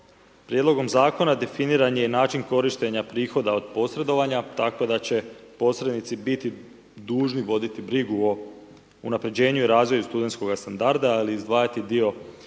Prijedlogom zakona definiran je i način korištenja prihoda od posredovanja, tako da će posrednici biti dužni voditi brigu o unapređenju i razvoju studentskoga standarda, ali i izdvajati dio sredstava